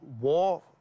war